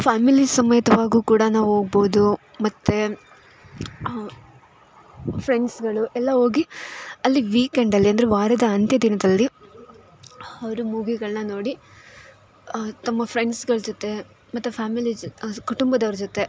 family ಸಮೇತವಾಗೂ ಕೂಡ ನಾವು ಹೋಗ್ಬೋದು ಮತ್ತೆ ಫ್ರೆಂಡ್ಸ್ಗಳು ಎಲ್ಲ ಹೋಗಿ ಅಲ್ಲಿ ವೀಕೆಂಡಲ್ಲಿ ಅಂದರೆ ವಾರದ ಅಂತ್ಯ ದಿನದಲ್ಲಿ ಅವ್ರು ಮೂವಿಗಳನ್ನ ನೋಡಿ ತಮ್ಮ ಫ್ರೆಂಡ್ಸ್ಗಳ ಜೊತೆ ಮತ್ತು ಫ್ಯಾಮಿಲಿ ಜೊ ಕುಟುಂಬದವ್ರ ಜೊತೆ